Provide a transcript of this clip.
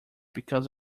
because